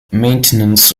maintenance